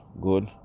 good